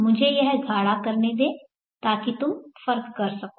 मुझे यह गाढ़ा करने दो ताकि तुम फर्क कर सको